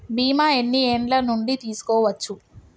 బీమా ఎన్ని ఏండ్ల నుండి తీసుకోవచ్చు?